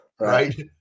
right